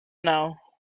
know